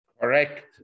Correct